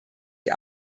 die